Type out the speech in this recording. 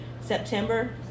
September